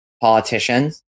politicians